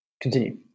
continue